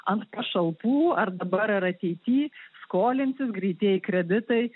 ant pašalpų ar dabar ar ateity skolinsis greitieji kreditai